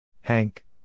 Hank